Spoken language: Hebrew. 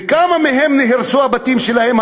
וכמה מהם נהרסו הבתים שלהם,